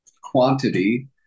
quantity